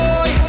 Boy